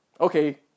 Okay